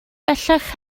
bellach